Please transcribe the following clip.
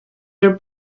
your